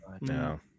no